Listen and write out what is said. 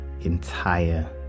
entire